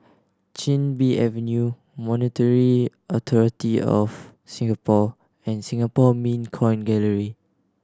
Chin Bee Avenue Monetary Authority Of Singapore and Singapore Mint Coin Gallery